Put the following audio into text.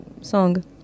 song